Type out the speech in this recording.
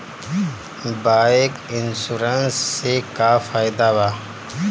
Bike insurance से का फायदा बा?